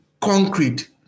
concrete